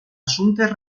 assumptes